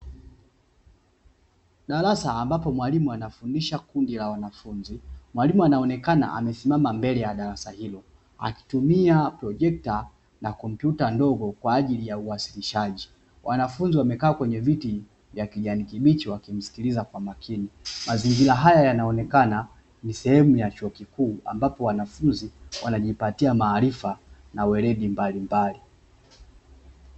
Darasa ambapo mwalimu anafundisha kundi la wanafunzi, mwalimu anaonekana amesimama mbele ya darasa hilo, akitumia projecta na kompyuta mpakato kwa ajili ya uwasilishaji. Wanafunzi wamekaa kwenye viti vya kijani kibichi wakimsikiliza kwa makini. Mazingira haya yanaonekana ni sehemu ya chuo kikuu ambapo wanafunzi wanajipatia maarifa na weledi mbalimbali.